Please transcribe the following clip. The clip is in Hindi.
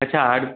अच्छा आठ